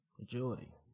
Agility